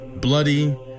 bloody